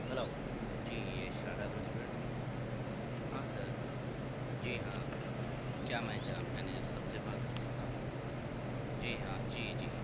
hello جی یہ Shadab restaurant ہے ہاں سر جی ہاں کیا میں جناب مینیجر صاحب سے بات کر سکتا ہوں جی ہاں جی جی